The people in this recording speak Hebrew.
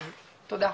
תודה.